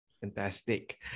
Fantastic